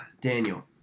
Daniel